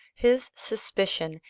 his suspicion,